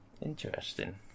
Interesting